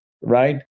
right